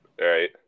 Right